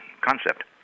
concept